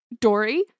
Dory